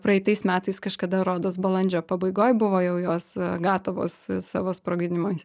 praeitais metais kažkada rodos balandžio pabaigoj buvo jau jos gatavos savo sprogdinimais